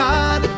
God